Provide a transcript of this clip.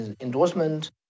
endorsement